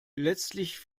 letztlich